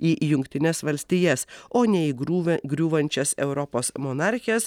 į jungtines valstijas o ne į griūve griūvančias europos monarchijas